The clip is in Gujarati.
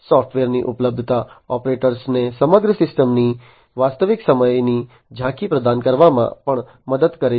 સૉફ્ટવેરની ઉપલબ્ધતા ઑપરેટરોને સમગ્ર સિસ્ટમની વાસ્તવિક સમયની ઝાંખી પ્રદાન કરવામાં પણ મદદ કરે છે